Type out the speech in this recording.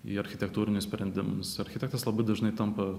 į architektūrinius sprendimus architektas labai dažnai tampa